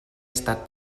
estat